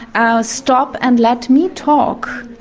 ah stop and let me talk.